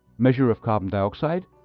measure of carbon dioxide,